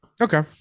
Okay